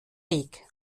weg